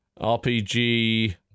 RPG